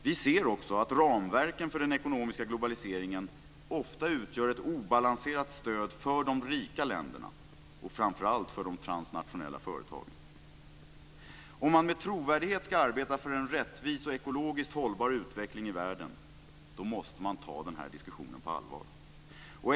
Vi ser också att ramverket för den ekonomiska globaliseringen ofta utgör ett obalanserat stöd för de rika länderna och framför allt för de transnationella företagen. Om man med trovärdighet ska arbeta för en rättvis och ekologiskt hållbar utveckling i världen måste man ta den här diskussionen på allvar.